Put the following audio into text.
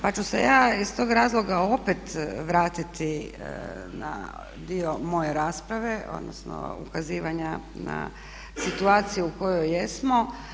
Pa ću se ja iz tog razloga opet vratiti na dio moje rasprave, odnosno ukazivanja na situaciju u kojoj jesmo.